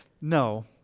no